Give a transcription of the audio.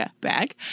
bag